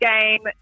game